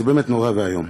זה באמת נורא ואיום.